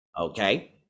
Okay